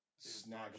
Snag